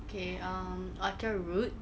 okay um orchard route